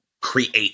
create